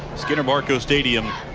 skinner-barco stadium